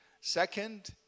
Second